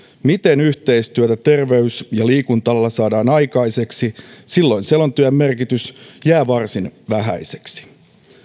miten yhteistyötä terveys ja liikunta alalla saadaan aikaiseksi silloin selonteon työn merkitys jää varsin vähäiseksi